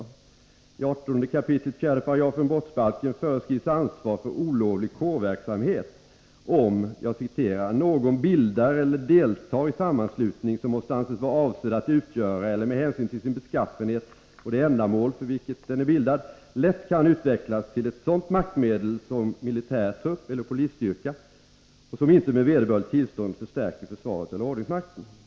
118 kap. 4 § brottsbalken föreskrivs ansvar för olovlig kårverksamhet, om ”någon bildar eller deltager i sammanslutning, som måste anses vara avsedd att utgöra eller med hänsyn till sin beskaffenhet och det ändamål för vilket den är bildad lätt kan utvecklas till ett sådant maktmedel som militär trupp eller polisstyrka och som icke med vederbörligt tillstånd förstärker försvaret eller ordningsmakten”.